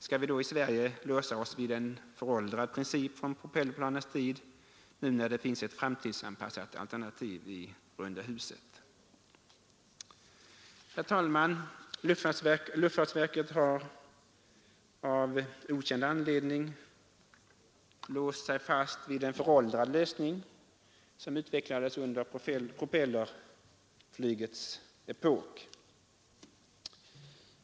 Skall vi då i Sverige låsa oss vid en föråldrad princip från propellerplanens tid, nu när det finns ett framtidsanpassat alternativ i runda huset? Fru talman! Luftfartsverket har av okänd anledning låst sig vid en föråldrad lösning, som utvecklades under flygets propellerepok.